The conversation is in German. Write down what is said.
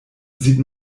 sieht